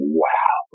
wow